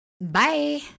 bye